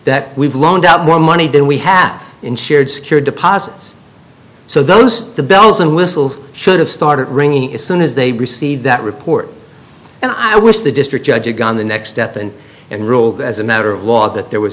that we've loaned out more money than we have in shared secure deposits so those the bells and whistles should have started ringing as soon as they received that report and i wish the district judge you've gone the next step and and ruled as a matter of law that there was